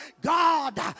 God